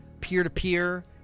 Peer-to-peer